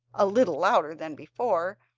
a little louder than before,